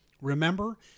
Remember